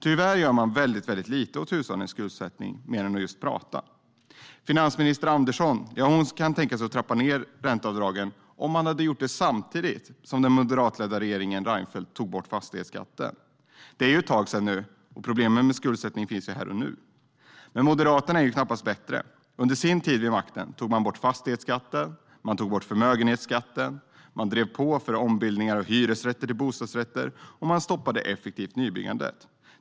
Tyvärr gör man väldigt lite åt hushållens skuldsättning mer än att prata. Finansminister Andersson kan tänka sig att trappa ned ränteavdragen om man hade gjort det samtidigt som den moderatledda regeringen Reinfeldt tog bort fastighetsskatten. Det är ett tag sedan nu, och problemen med skuldsättningen finns ju här och nu. Men Moderaterna är knappast bättre. Under sin tid vid makten tog man bort fastighetsskatten, man tog bort förmögenhetsskatten, man drev på för ombildningar av hyresrätter till bostadsrätter och man stoppade effektivt nybyggande.